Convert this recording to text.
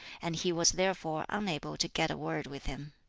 and he was therefore unable to get a word with him.